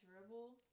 dribble